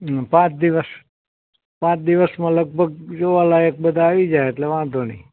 પાંચ દિવસ પાંચ દિવસમાં લગભગ જોવાલાયક બધા આવી જાય એટલે વાંધો નહીં